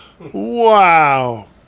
Wow